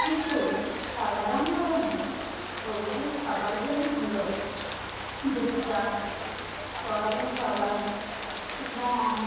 কিছু সাধারণ ধরনের পোলট্রি খাবারগুলি হল ভুট্টা সয়াবিন খাবার গম